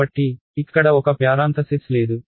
కాబట్టి ఇక్కడ ఒక ప్యారాంథసిస్ లేదు